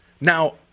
now